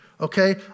okay